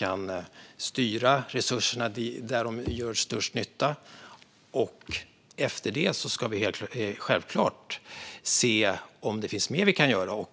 och styra resurserna dit där de gör störst nytta. Efter det ska vi självklart se om det finns mer att göra.